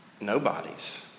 nobodies